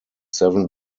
seven